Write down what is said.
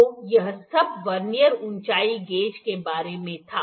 तो यह सब वर्नियर ऊंचाई गेज के बारे में था